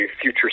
future